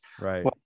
right